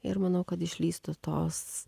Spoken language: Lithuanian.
ir manau kad išlįstų tos